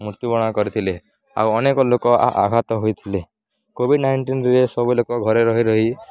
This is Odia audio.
ମୃତ୍ୟୁବରଣ କରିଥିଲେ ଆଉ ଅନେକ ଲୋକ ଆଘାତ ହୋଇଥିଲେ କୋଭିଡ଼୍ ନାଇଣ୍ଟିନ୍ରେ ସବୁ ଲୋକ ଘରେ ରହି ରହି